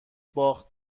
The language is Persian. باخت